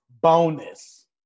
Bonus